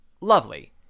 lovely